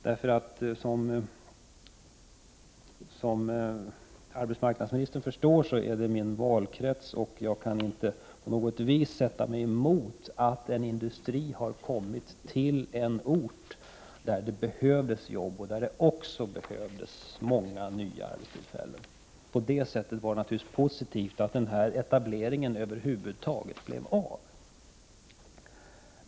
Det är min valkrets, och som arbetsmarknadsministern förstår kan jag därför inte på något vis sätta mig emot att en industri lokaliserats till en ort där det behövdes många nya arbetstillfällen. På så sätt är det positivt att denna etablering över huvud taget blev av.